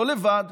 לא לבד,